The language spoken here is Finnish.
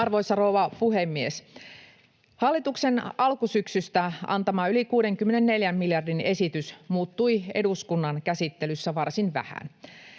Arvoisa rouva puhemies! Hallituksen alkusyksystä antama yli 64 miljardin esitys muuttui eduskunnan käsittelyssä varsin vähän.